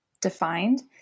defined